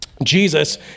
Jesus